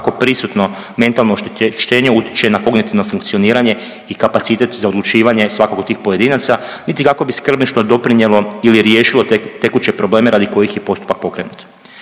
kako prisutno mentalno oštećenje utječe na kognitivno funkcioniranje i kapacitet za odlučivanje svakog od tih pojedinaca, niti kako bi skrbništvo doprinjelo ili riješilo tekuće probleme radi kojih je postupak pokrenut.